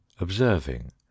observing